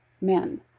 men